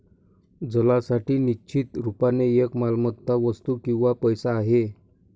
जलसाठा निश्चित रुपाने एक मालमत्ता, वस्तू किंवा पैसा आहे